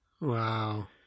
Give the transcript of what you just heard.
Wow